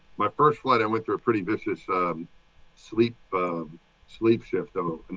my first flight i went through a pretty vicious um sleep sleep shift though.